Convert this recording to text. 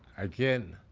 again,